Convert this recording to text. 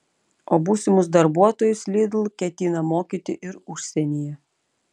o būsimus darbuotojus lidl ketina mokyti ir užsienyje